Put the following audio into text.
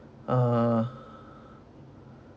uh